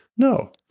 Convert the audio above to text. No